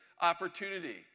opportunity